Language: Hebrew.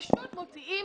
פשוט מוציאים